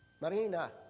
Marina